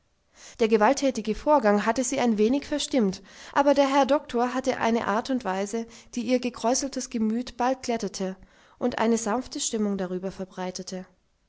der gewalttätige vorgang hatte sie ein wenig verstimmt aber der herr doktor hatte eine art und weise die ihr gekräuseltes gemüt bald glättete und eine sanfte stimmung darüber verbreitete